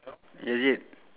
two person standing right